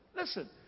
Listen